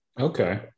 okay